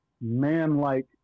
man-like